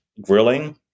Grilling